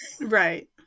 Right